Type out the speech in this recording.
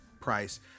price